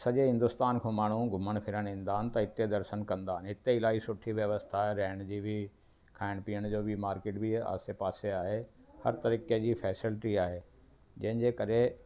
सॼे हिंदुस्तान खां माण्हूं घुमणु फिरणु ईंदा आहिनि त हिते दर्शन कंदा हिते ई काई सुठी व्यवस्था आहे रहण जी बि खाइण पीअण जो मार्केट बि आहे आसे पासे आहे हर तरीक़े जी फेसेलिटी आहे जंहिं जे करे